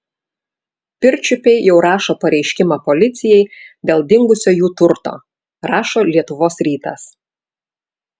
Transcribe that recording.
pirčiupiai jau rašo pareiškimą policijai dėl dingusio jų turto rašo lietuvos rytas